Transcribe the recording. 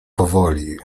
powoli